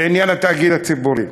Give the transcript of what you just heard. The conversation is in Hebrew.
בעניין התאגיד הציבורי.